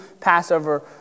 Passover